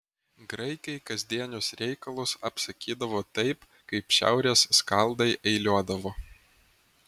graikai kasdienius reikalus apsakydavo taip kaip šiaurės skaldai eiliuodavo